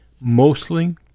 Mostly